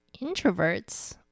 introverts